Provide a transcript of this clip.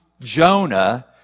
Jonah